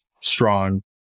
strong